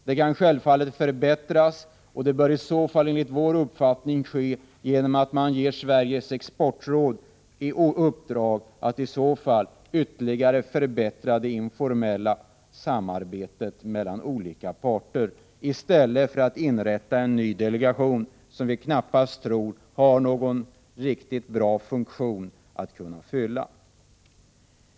Det kan självfallet förbättras, och det bör i så fall ske genom att man ger Sveriges exportråd i uppdrag att ytterligare förbättra det informella samarbetet mellan olika parter —i stället för att inrätta en ny delegation som vi knappast tror har någon riktig funktion att fylla.